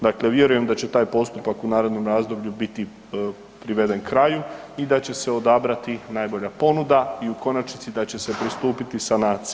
Dakle, vjerujem da će taj postupak u narednom razdoblju biti priveden kraju i da će se odabrati najbolja ponuda i u konačnici da će se pristupiti sanaciji.